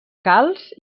calç